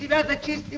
yeah other kids.